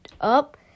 up